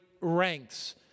ranks